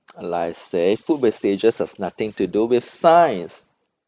like I said food wastages has nothing to do with science